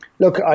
Look